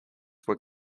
were